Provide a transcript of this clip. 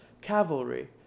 cavalry